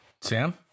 Sam